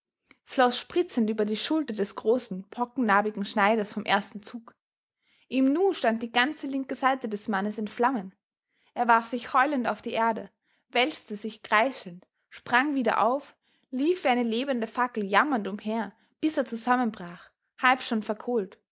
floß spritzend über die schulter des großen pockennarbigen schneiders vom ersten zug im nu stand die ganze linke seite des mannes in flammen er warf sich heulend auf die erde wälzte sich kreischend sprang wieder auf lief wie eine lebende fackel jammernd umher bis er zusammenbrach halb schon verkohlt